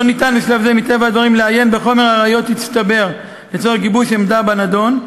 לעיין בחומר הראיות המצטבר לצורך גיבוש עמדה בנדון,